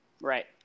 Right